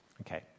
Okay